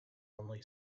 only